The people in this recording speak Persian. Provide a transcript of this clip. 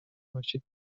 باشید